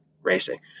racing